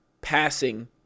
passing